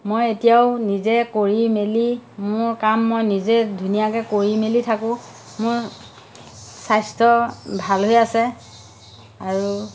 মই এতিয়াও নিজে কৰি মেলি মোৰ কাম মই নিজে ধুনীয়াকৈ কৰি মেলি থাকোঁ মোৰ স্বাস্থ্য ভাল হৈ আছে আৰু